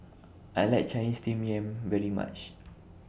I like Chinese Steamed Yam very much